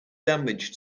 damage